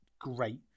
great